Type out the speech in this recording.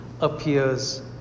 appears